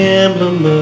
emblem